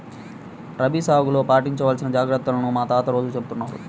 రబీ సాగులో పాటించాల్సిన జాగర్తలను మా తాత రోజూ చెబుతున్నారు